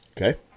Okay